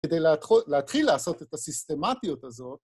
כדי להתחיל לעשות את הסיסטמטיות הזאת.